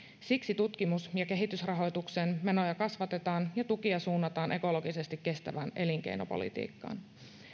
siksi tutkimus ja kehitysrahoituksen menoja kasvatetaan ja tukia suunnataan ekologisesti kestävään elinkeinopolitiikkaan